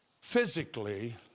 physically